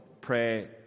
pray